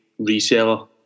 reseller